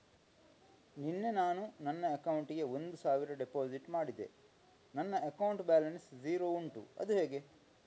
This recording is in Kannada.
ನಿನ್ನೆ ನಾನು ನನ್ನ ಅಕೌಂಟಿಗೆ ಒಂದು ಸಾವಿರ ಡೆಪೋಸಿಟ್ ಮಾಡಿದೆ ನನ್ನ ಅಕೌಂಟ್ ಬ್ಯಾಲೆನ್ಸ್ ಝೀರೋ ಉಂಟು ಅದು ಹೇಗೆ?